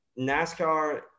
nascar